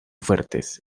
fuertes